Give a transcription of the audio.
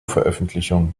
veröffentlichung